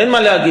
אין מה להגיד,